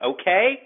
okay